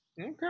Okay